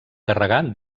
carregar